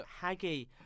Haggy